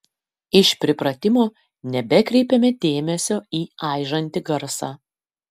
iš pripratimo nebekreipėme dėmesio į aižantį garsą